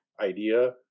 idea